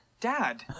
Dad